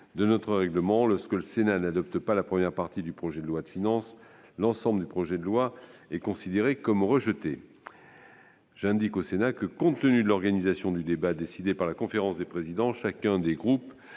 de notre règlement, lorsque le Sénat n'adopte pas la première partie du projet de loi de finances, l'ensemble du projet de loi est considéré comme rejeté. J'indique au Sénat que, compte tenu de l'organisation du débat décidée par la conférence des présidents, chacun des groupes